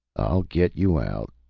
i'll get you out,